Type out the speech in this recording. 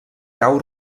cau